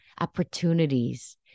opportunities